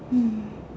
mm